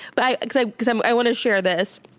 but i like so um i wanna share this.